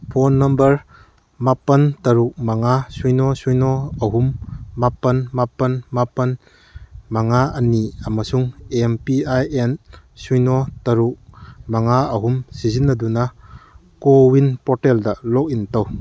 phone number ꯃꯥꯄꯟ ꯇꯔꯨꯛ ꯃꯉꯥ ꯁꯨꯏꯅꯣ ꯁꯨꯏꯅꯣ ꯑꯍꯨꯝ ꯃꯥꯄꯟ ꯃꯥꯄꯟ ꯃꯥꯄꯟ ꯃꯉꯥ ꯑꯅꯤ ꯑꯃꯁꯨꯡ ꯑꯦꯝ ꯄꯤ ꯑꯥꯏ ꯑꯦꯟ ꯁꯨꯏꯅꯣ ꯇꯔꯨꯛ ꯃꯉꯥ ꯑꯍꯨꯝ ꯁꯤꯖꯤꯟꯅꯗꯨꯅ ꯀꯣꯋꯤꯟ ꯄꯣꯔꯇꯦꯜꯗ ꯂꯣꯒ ꯏꯟ ꯇꯧ